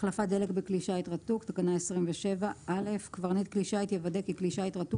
"החלפת דלק בכלי שיט רתוק קברניט כלי שיט יוודא כי כלי שיט רתוק